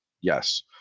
Yes